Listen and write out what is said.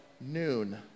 noon